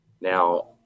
Now